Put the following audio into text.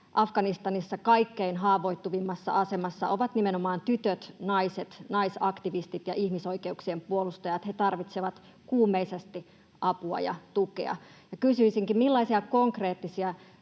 Afganistanissa kaikkein haavoittuvimmassa asemassa ovat nimenomaan tytöt, naiset, naisaktivistit ja ihmisoikeuksien puolustajat. He tarvitsevat kuumeisesti apua ja tukea. Kysyisinkin: millaisia konkreettisia